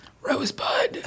rosebud